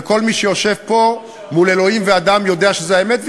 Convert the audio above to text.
וכל מי שיושב פה מול אלוהים ואדם יודע שזאת האמת,